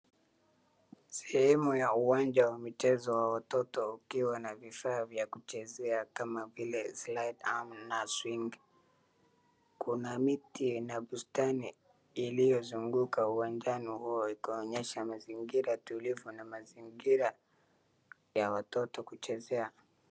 Sehemu ya uwanja wa michezo wa watoto ukiwa na vifaa vya kuchezea kama vile slide arm na swing . Kuna miti na bustani iliyo zunguka uwanjani huo ukaonyesha mazingira tulivu na mazingira ya watoto kuchezea.